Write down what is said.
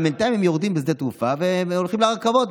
אבל בינתיים הם יורדים בשדה התעופה והולכים לרכבות,